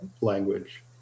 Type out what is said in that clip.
language